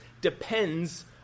depends